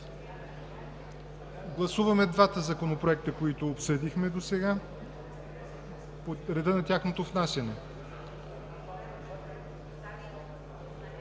Гласуваме двата законопроекта, които обсъдихме досега, по реда на тяхното внасяне.